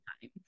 time